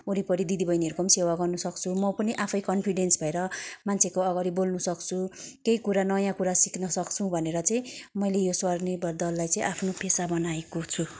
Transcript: ओरिपरि दिदी बहिनीहरूको सेवा गर्न सक्छु म पनि आफै कन्फिडेन्स भएर मान्छेको अगाडि बोल्नु सक्छु केही कुरा नयाँ कुरा सिक्न सक्छु भनेर चाहिँ मैले यो स्वनिर्भर दललाई चाहिँ आफ्नो पेसा बनाएको छु